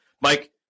Mike